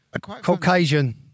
Caucasian